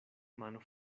mano